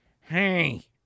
hey